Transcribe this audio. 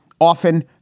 often